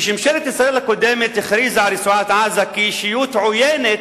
כשממשלת ישראל הקודמת הכריזה על רצועת-עזה כישות עוינת,